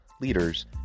leaders